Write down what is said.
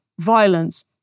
violence